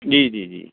जी जी जी